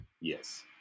Yes